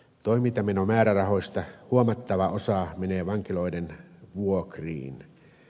toimintamenomäärärahoista huomattava osa menee vankiloiden vuokriin